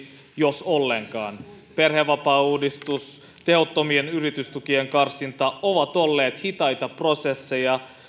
jos ollenkaan perhevapaauudistus tehottomien yritystukien karsinta ovat olleet hitaita prosesseja